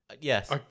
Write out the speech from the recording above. Yes